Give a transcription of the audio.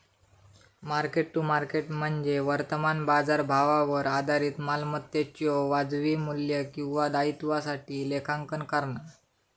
mark to market म्हणजे वर्तमान बाजारभावावर आधारित मालमत्तेच्यो वाजवी मू्ल्य किंवा दायित्वासाठी लेखांकन करणा